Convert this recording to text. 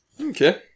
Okay